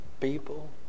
people